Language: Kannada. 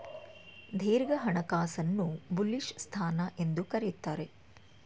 ದೀರ್ಘ ಹಣಕಾಸನ್ನು ಬುಲಿಶ್ ಸ್ಥಾನ ಎಂದು ಕರೆಯುತ್ತಾರೆ